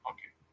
Okay